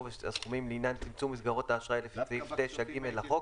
והסכומים לעניין צמצום מסגרות אשראי לפי סעיף 9(ג) לחוק)